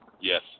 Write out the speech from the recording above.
Yes